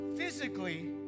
physically